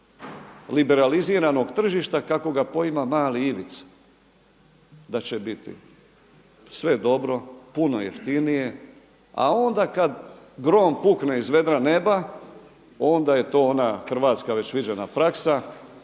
liberaliziranog tržišta kako ga poima mali Ivica da će biti sve dobro, puno jeftinije. A onda kad grom pukne iz vedra neba, onda je to ona hrvatska već viđena praksa,